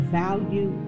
value